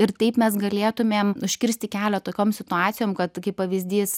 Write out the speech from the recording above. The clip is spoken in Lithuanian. ir taip mes galėtumėm užkirsti kelią tokioms situacijom kad kaip pavyzdys